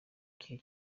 gihe